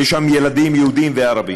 יש ילדים יהודים וערבים.